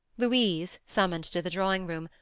louise, summoned to the drawing-room,